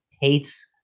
hates